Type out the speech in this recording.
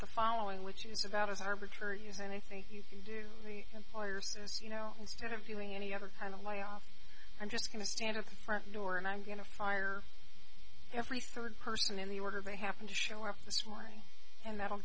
the following which is about as arbitrary as and i think you can do the employers as you know instead of doing any other kind of lay off i'm just going to stand at the front door and i'm going to fire every third person in the order they happened to show up this morning and that